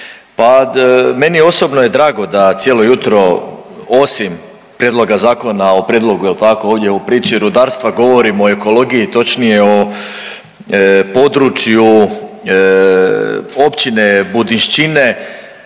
pa meni osobno je drago da cijelo jutro osim prijedloga zakona o prijedlogu jel tako ovdje u priči rudarstva govorimo i o ekologiji točnije o području općine Budinšćine,